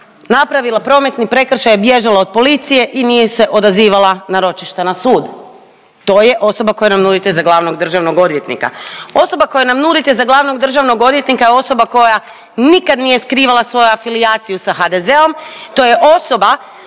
napravila prometni prekršaj bježala od policije i nije se odazivala na ročišta na sud, to je osoba koju nam nudite za glavnog državnog odvjetnika. Osoba koju nam nudite za glavnog državnog odvjetnika je osoba koja nikad nije skrivala svoju afilijaciju sa HDZ-om. To je osoba